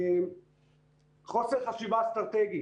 חוסר חשיבה אסטרטגי